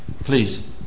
Please